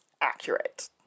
accurate